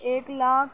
ایک لاکھ